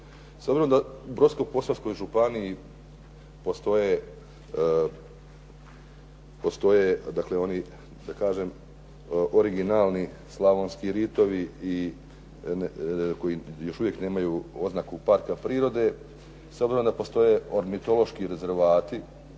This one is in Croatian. S obzirom da u Brodsko-posavskoj županiji postoje oni, da kažem originalni slavonski ritovi koji još uvijek nemaju oznaku parka prirode, s obzirom da postoje ornitološki rezervati,